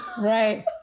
Right